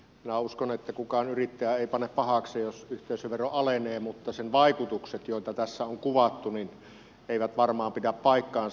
minä uskon että kukaan yrittäjä ei pane pahakseen jos yhteisövero alenee mutta sen vaikutukset joita tässä on kuvattu eivät varmaan pidä paikkaansa